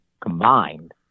combined